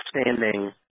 standing